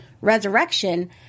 Resurrection